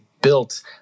Built